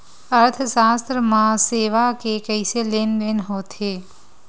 अर्थशास्त्र मा सेवा के कइसे लेनदेन होथे?